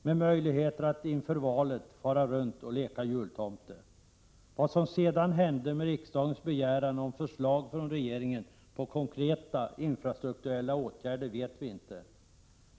och med möjligheter att inför valet fara runt och leka jultomte. Vad som sedan hände med riksdagens begäran om förslag från regeringen på konkreta infrastrukturella åtgärder vet vi inte.